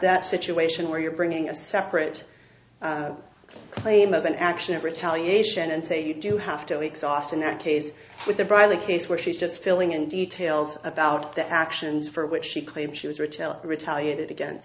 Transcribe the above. that situation where you're bringing a separate claim of an action of retaliation and say you do have to exhaust in that case with the bradley case where she's just filling in details about the actions for which she claimed she was retail retaliated against